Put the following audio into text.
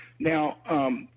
Now